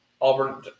Auburn